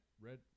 Red